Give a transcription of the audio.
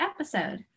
episode